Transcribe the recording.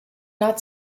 not